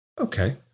Okay